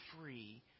free